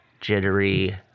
jittery